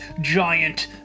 giant